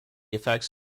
effects